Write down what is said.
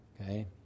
okay